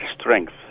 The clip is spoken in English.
strength